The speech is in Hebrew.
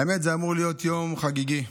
האמת, זה אמור להיות יום חגיגי,